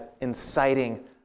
inciting